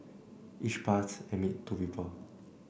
each pass admit two people